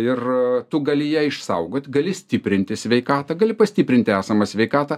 ir tu gali ją išsaugot gali stiprinti sveikatą gali pastiprinti esamą sveikatą